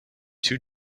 two